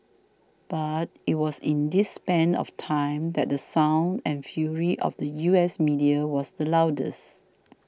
but it was in this span of time that the sound and fury of the U S media was the loudest